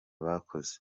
bakoze